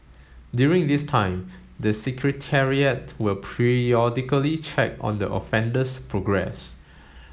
during this time the Secretariat will periodically check on the offender's progress